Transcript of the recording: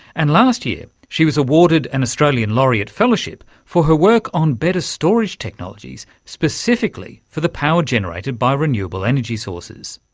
and last year she was awarded an australian laureate fellowship for her work on better storage technologies, specifically for the power generated by renewable energy sources.